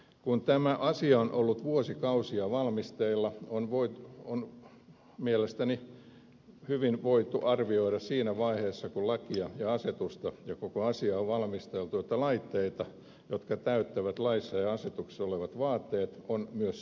kun tämä asia on ollut vuosikausia valmisteilla olisi mielestäni hyvin voitu arvioida siinä vaiheessa kun lakia ja asetusta ja koko asiaa valmisteltiin että laitteita jotka täyttävät laissa ja asetuksessa olevat vaateet on myös saatavilla